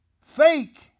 Fake